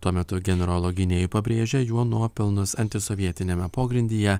tuo metu generolo gynėjai pabrėžia jo nuopelnus antisovietiniame pogrindyje